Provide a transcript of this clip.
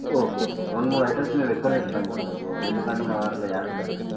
okay okay రెండు మూడు items మేం ఎక్కువనే ఇస్తాం ఇంకా మీకు ఎందుకంటే మా దాంట్లో యాద్ ఉంటుంది కదా